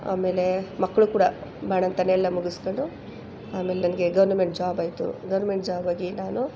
ಆಮೇಲೆ ಮಕ್ಕಳು ಕೂಡ ಬಾಣಂತನ ಎಲ್ಲ ಮುಗಿಸ್ಕೊಂಡು ಆಮೇಲೆ ನನಗೆ ಗವರ್ನಮೆಂಟ್ ಜಾಬ್ ಆಯಿತು ಗೌರ್ಮೆಂಟ್ ಜಾಬಾಗಿ ನಾನು